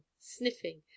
sniffing